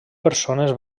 persones